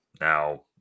now